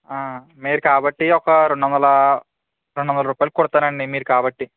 మీరు కాబట్టి ఒక రెండు వందల రెండు వందల రూపాయలకు కుడుతానండి మీరు కాబట్టి